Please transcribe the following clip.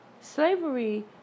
Slavery